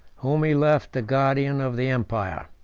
whom he left the guardian of the empire.